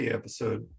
episode